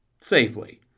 safely